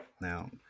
Now